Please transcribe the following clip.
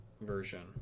version